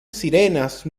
sirenas